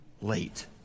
late